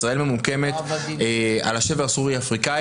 ישראל ממוקמת על השבר הסורי-אפריקני